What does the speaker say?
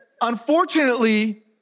unfortunately